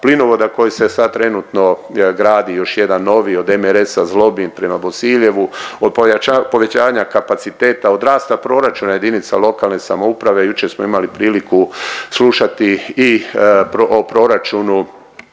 plinovoda koji se sad trenutno gradi još jedan novi od MRS-a Zlobin prema Bosiljevu, od povećanja kapaciteta, od rasta proračuna jedinica lokalne samouprave. Jučer smo imali priliku slušati i o proračunu